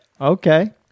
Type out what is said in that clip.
okay